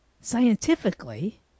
scientifically